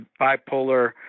bipolar